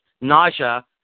nausea